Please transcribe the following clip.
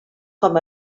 com